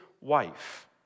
wife